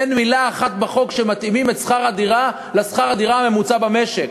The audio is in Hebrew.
אין מילה אחת בחוק על התאמה של שכר הדירה לשכר הדירה הממוצע במשק.